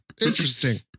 Interesting